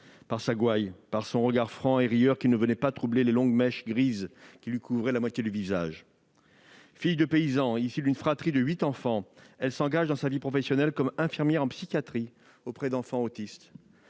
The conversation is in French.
sa gouaille, son regard franc et rieur que ne venaient pas troubler les longues mèches grises qui lui couvraient la moitié du visage. Fille de paysan, issue d'une fratrie de huit enfants, elle s'engage dans sa ville professionnelle comme infirmière en psychiatrie auprès d'enfants autistes.